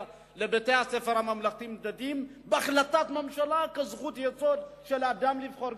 לבתי-הספר הממלכתיים-דתיים בהחלטת ממשלה כזכות יסוד של אדם לבחור,